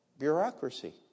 bureaucracy